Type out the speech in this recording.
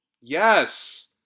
Yes